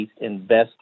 investing